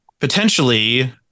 potentially